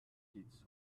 kids